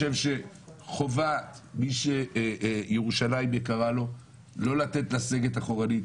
חובה למי שירושלים יקרה לו לא לתת לסגת אחורנית.